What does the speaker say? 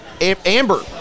Amber